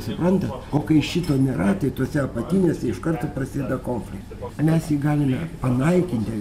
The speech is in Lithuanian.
suprantat o kai šito nėra tai tose apatinėse iš karto prasideda konfliktai mes jį galime panaikinti